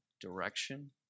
direction